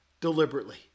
deliberately